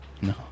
no